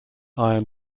iron